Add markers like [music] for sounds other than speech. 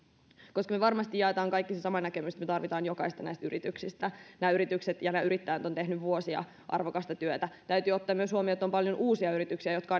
koska me varmasti kaikki jaamme sen saman näkemyksen että me tarvitsemme jokaista näistä yrityksistä nämä yritykset ja nämä yrittäjät ovat tehneet vuosia arvokasta työtä täytyy ottaa huomioon myös että on paljon uusia yrityksiä jotka [unintelligible]